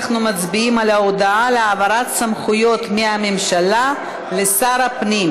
אנחנו מצביעים על ההודעה על העברת סמכויות מהממשלה לשר הפנים.